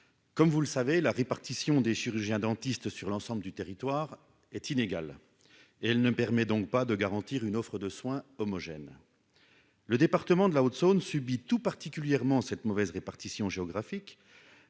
comme vous le savez, la répartition des chirurgiens dentistes sur l'ensemble du territoire est inégal et elle ne permet donc pas de garantir une offre de soins homogène, le département de la Haute-Saône subit tout particulièrement cette mauvaise répartition géographique,